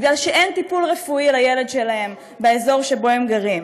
בגלל שאין טיפול רפואי לילד שלהם באזור שבו הם גרים.